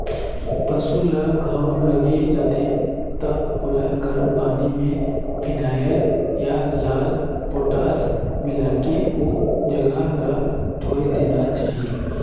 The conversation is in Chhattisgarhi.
पसु ल घांव लग जाथे त ओला गरम पानी में फिनाइल या लाल पोटास मिलायके ओ जघा ल धोय देना चाही